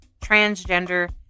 transgender